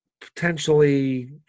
potentially